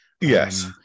yes